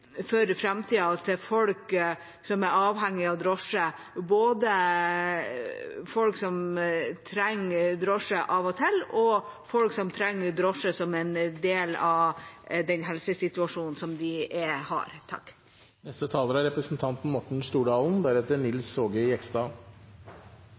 og framtida til folk som er avhengige av drosje – både folk som trenger drosje av og til, og folk som trenger drosje som en del av den helsesituasjonen de har. Det er